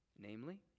Namely